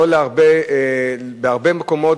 בהרבה מקומות,